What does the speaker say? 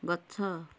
ଗଛ